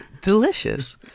delicious